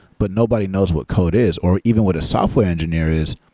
but nobody knows what code is, or even what a software engineer is,